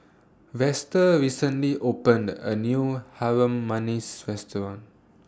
Vester recently opened A New Harum Manis Restaurant